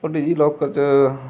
ਭਡੀ ਜੀ ਲੋਕਰ 'ਚ